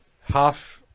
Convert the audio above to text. half